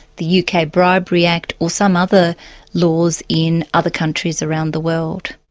the yeah uk ah bribery act or some other laws in other countries around the world.